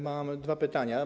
Mam dwa pytania.